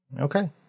okay